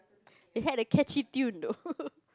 it had a catchy tune though